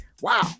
Wow